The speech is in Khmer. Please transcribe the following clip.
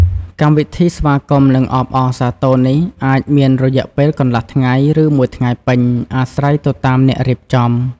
កម្មវិធីស្វាគមន៍៍ និងអបអរសាទរនេះអាចមានរយៈពេលកន្លះថ្ងៃ ឬមួយថ្ងៃពេញ អាស្រ័យទៅតាមអ្នករៀបចំ។